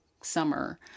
summer